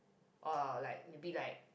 or like maybe like